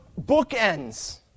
bookends